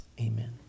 Amen